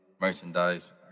Merchandise